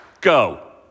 go